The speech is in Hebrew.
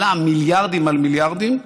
עלה מיליארדים על מיליארדים,